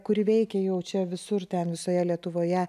kuri veikia jau čia visur ten visoje lietuvoje